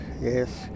yes